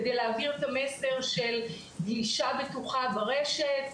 כדי להעביר את המסר של גלישה בטוחה ברשת,